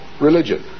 religion